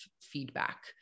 feedback